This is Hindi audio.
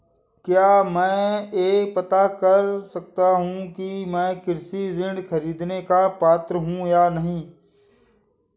क्या मैं यह पता कर सकता हूँ कि मैं कृषि ऋण ख़रीदने का पात्र हूँ या नहीं?